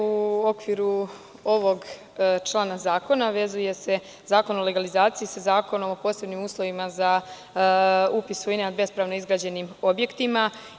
U okviru ovog člana zakona vezuje se Zakon o legalizaciji sa Zakonom o posebnim uslovima za upis svojine nad bespravno izgrađenim objektima.